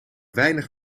weinig